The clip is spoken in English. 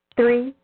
Three